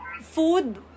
food